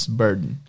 burden